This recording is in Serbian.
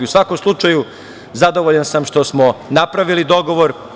U svakom slučaju, zadovoljan sam što smo napravili dogovor.